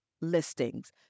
listings